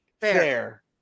Fair